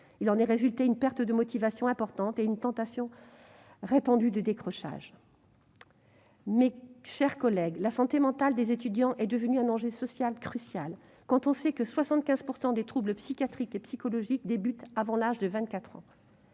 a débouché sur une perte de motivation importante et sur une tentation répandue de décrochage. Mes chers collègues, la santé mentale des étudiants est devenue un enjeu social crucial quand on sait que 75 % des troubles psychiatriques et psychologiques débutent avant l'âge de 24 ans.